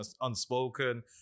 Unspoken